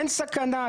אין סכנה,